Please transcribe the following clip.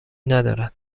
ندارد